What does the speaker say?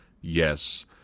Yes